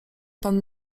pan